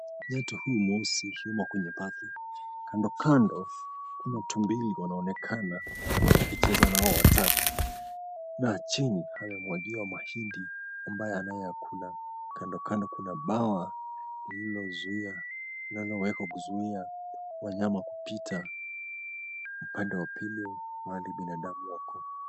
Nyati huyu mweusi yuko kwenye paki. Kandokando kuna tumbili wanaonekana wakicheza na hao watatu. Na chini amemwagiwa mahindi ambayo anayekula. Kandokando kuna bawa liliwekwa kuzuia wanyama kupita upande wa pili mahali binadamu wako.